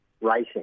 racing